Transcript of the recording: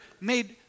made